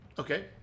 Okay